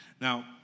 Now